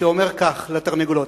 שאומר כך, לתרנגולות.